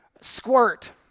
Squirt